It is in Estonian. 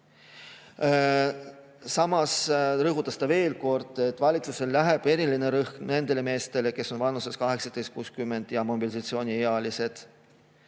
Samas rõhutas ta veel kord, et valitsus paneb eriti rõhku nendele meestele, kes on vanuses 18–60 ja on mobilisatsiooniealised.